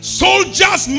soldiers